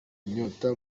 inyota